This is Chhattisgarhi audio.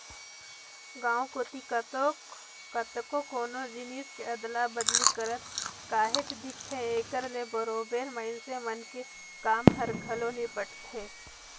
गाँव कोती कतको कोनो जिनिस के अदला बदली करत काहेच दिखथे, एकर ले बरोबेर मइनसे मन के काम हर घलो निपटथे